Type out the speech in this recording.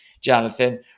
Jonathan